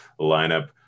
lineup